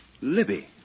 Libby